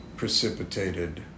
precipitated